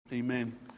Amen